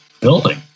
building